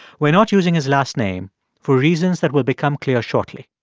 we're not using his last name for reasons that will become clear shortly